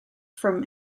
from